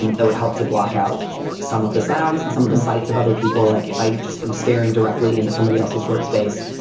and that would help to block out some of the sounds and some of the sights of other people. like if i just am staring directly into somebody else's workspace,